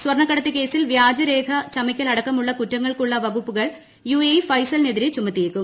സ്വർണക്കാടത്ത് കേസിൽ വ്യാജരേഖ ചമയ്ക്കലടക്കമുള്ള കുറ്റങ്ങൾക്കുള്ള വകുപ്പുകൾ യുഎഇ ഫൈസലിനെതിരെ ചുമത്തിയേക്കും